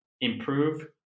improve